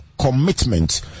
commitment